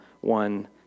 one